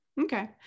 Okay